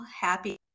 happy